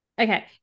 Okay